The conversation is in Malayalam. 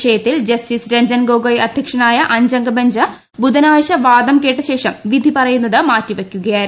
വിഷയത്തിൽ ജസ്റ്റിസ് രഞ്ജൻ ഗൊഗോയ് അധ്യക്ഷനായ അഞ്ചംഗ ബഞ്ച് ബുധനാഴ്ച വാദം കേട്ട ശേഷം വിധി പറയുന്നത് മാറ്റി വയ്ക്കുകയായിരുന്നു